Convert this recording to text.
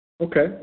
Okay